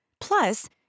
Plus